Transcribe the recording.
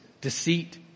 deceit